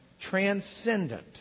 Transcendent